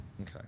Okay